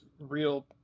real